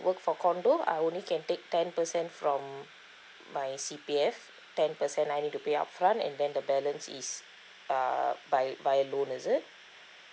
work for condo I only can take ten percent from my C_P_F ten percent I need to pay upfront and then the balance is uh by by loan is it